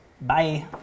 Bye